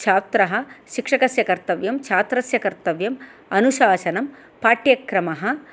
छात्रः सिक्षकस्य कर्तव्यं छात्रस्य कर्तव्यम् अनुशासनं पाठ्यक्रमः